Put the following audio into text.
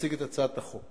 להציג את הצעת החוק.